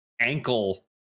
ankle